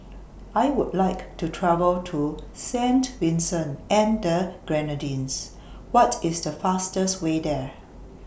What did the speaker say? I Would like to travel to Saint Vincent and The Grenadines What IS The fastest Way There